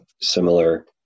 similar